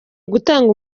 gutanga